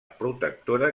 protectora